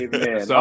Amen